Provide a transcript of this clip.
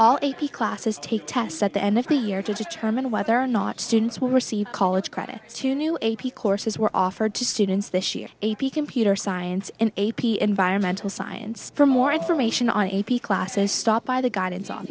all a p classes take tests at the end of the year to determine whether or not students will receive college credits to new a p courses were offered to students this year a p computer science and a p environmental science for more information on a p classes stop by the guidance o